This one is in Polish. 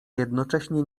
jednocześnie